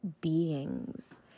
beings